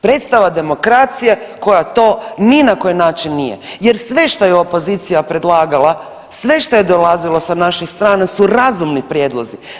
Predstava demokracije koja to ni na koji način nije jer sve što je opozicija predlagala, sve što je dolazilo sa naših strana su razumni prijedlozi.